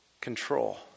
control